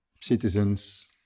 citizens